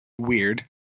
weird